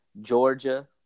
Georgia